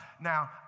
Now